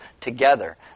together